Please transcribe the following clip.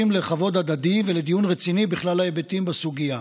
לכבוד הדדי ולדיון רציני בכלל ההיבטים בסוגיה.